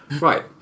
right